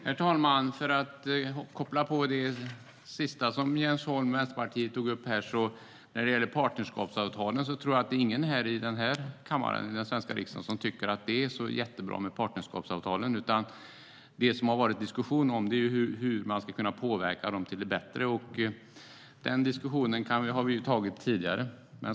Herr talman! För att koppla till det sista som Jens Holm från Vänsterpartiet tog upp är det nog ingen i denna kammare som tycker att partnerskapsavtalen är jättebra. Diskussionen har gällt hur man ska kunna påverka dem till det bättre, och den diskussionen har vi tagit tidigare.